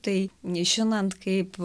tai žinant kaip